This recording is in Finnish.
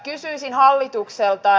kysyisin hallitukselta